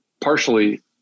partially